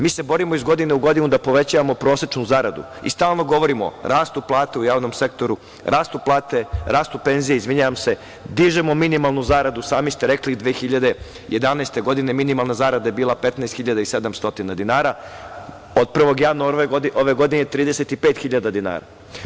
Mi se borimo iz godine u godinu da povećavamo prosečnu zaradu i stalno govorimo, rastu plate u javnom sektoru, rastu penzije, dižemo minimalnu zaradu, sami ste rekli, 2011. godine minimalna zarada je bila 15.700 dinara, od 1. januara ove godine je 35.000 dinara.